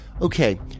okay